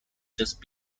just